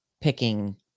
picking